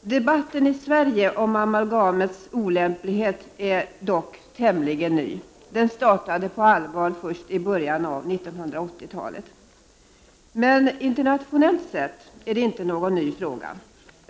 Debatten i Sverige om amalgamets olämplighet är dock tämligen ny. Den startade på allvar först i början av 1980-talet, men internationellt sett är det inte någon ny fråga.